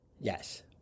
Yes